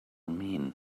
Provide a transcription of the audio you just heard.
mean